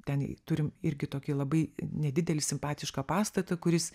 ten turim irgi tokį labai nedidelį simpatišką pastatą kuris